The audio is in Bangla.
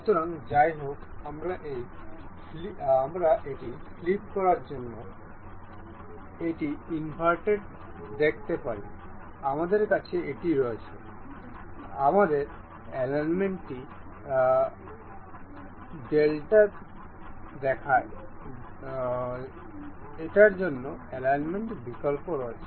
সুতরাং যাইহোক আমরা এটি ফ্লিপ করার জন্য এটি ইনভার্টেড দেখতে পারি আমাদের কাছে এটি রয়েছে আমাদের অ্যালাইনমেন্ট টি উল্টে দেওয়ার জন্য অ্যালাইনমেন্ট বিকল্প রয়েছে